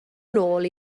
nôl